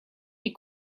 les